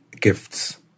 gifts